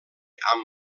amb